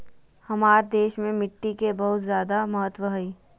हमार देश में मिट्टी के बहुत जायदा महत्व हइ